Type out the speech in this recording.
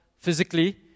Physically